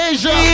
Asia